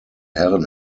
herren